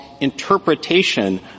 interpretation